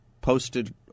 posted